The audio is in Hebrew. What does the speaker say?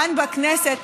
כאן בכנסת,